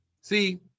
See